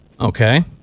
Okay